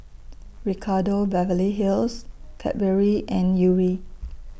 Ricardo Beverly Hills Cadbury and Yuri